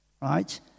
right